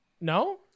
No